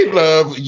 love